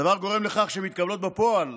הדבר גורם לכך שמתקבלות בפועל